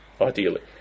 ideally